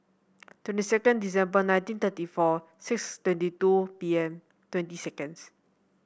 twenty second December nineteen thirty four six twenty two P M twenty seconds